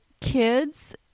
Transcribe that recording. kids